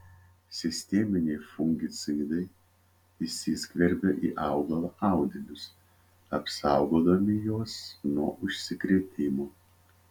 sisteminiai fungicidai įsiskverbia į augalo audinius apsaugodami juos nuo užsikrėtimo